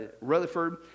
Rutherford